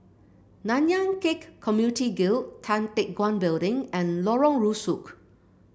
Nanyang Khek Community Guild Tan Teck Guan Building and Lorong Rusuk